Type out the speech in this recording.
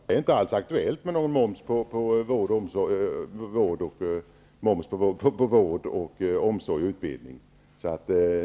Herr talman! Det är inte alls aktuellt med någon moms på vård, omsorg och utbildning.